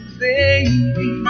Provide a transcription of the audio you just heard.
baby